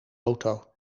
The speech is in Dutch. auto